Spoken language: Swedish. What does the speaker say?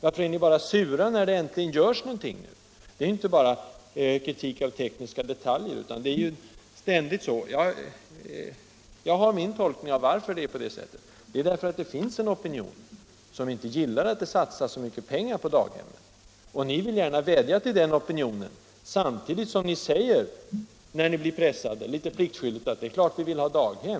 Varför är ni bara sura när det äntligen görs någonting? Ni kritiserar inte bara tekniska detaljer utan är negativa över huvud taget. Jag har min tolkning av varför det är på det sättet. Orsaken är att det finns en opinion som inte gillar att det satsas så mycket pengar på daghem. Och ni vill gärna vädja till den opinionen, samtidigt som ni litet pliktskyldigt säger, när ni blir pressade, att det är klart att ni vill ha daghem.